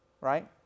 Right